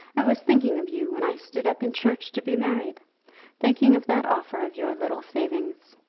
i was thinking of you when i stood up in church to be married thinking of that offer of your little savings.